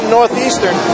Northeastern